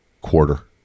quarter